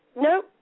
no